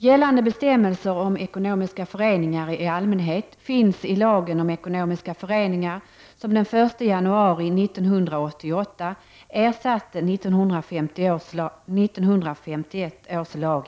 Gällande bestämmelser om ekonomiska föreningar i allmänhet finns i lagen om ekonomiska föreningar som den 1 januari 1988 ersatte 1951 års lag.